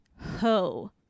ho